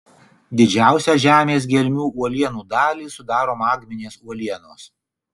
didžiausią žemės gelmių uolienų dalį sudaro magminės uolienos